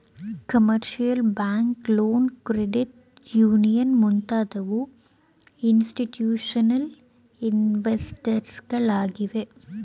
commercial bank loan, credit union ಮುಂತಾದವು institutional investors ಗಳಾಗಿವೆ